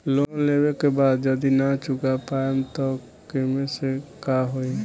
Loan लेवे के बाद जड़ी ना चुका पाएं तब के केसमे का होई?